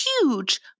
huge